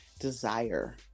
desire